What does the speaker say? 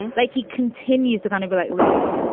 like he continues to kind of be like, listen,